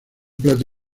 plato